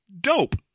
dope